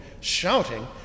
shouting